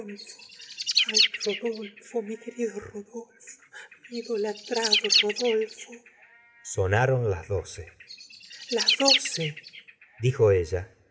mi idolatrado rodolfo sonaron las doce las doce dijo ella